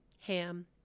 Ham